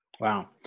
Wow